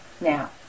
Now